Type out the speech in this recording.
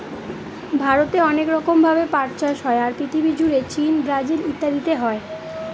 ভারতে অনেক রকম ভাবে পাট চাষ হয়, আর পৃথিবী জুড়ে চীন, ব্রাজিল ইত্যাদিতে হয়